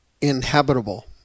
inhabitable